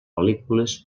pel·lícules